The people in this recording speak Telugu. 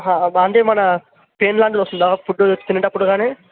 అంటే మన పెయిన్ లాంటిది వస్తుందా ఫుడ్ తినేటప్పుడు గానీ